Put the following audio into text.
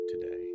today